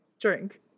drink